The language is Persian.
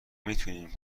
میتونیم